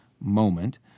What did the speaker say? moment